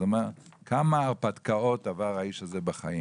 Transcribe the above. אז הוא אמר: כמה הרפתקאות עבר האיש הזה בחיים,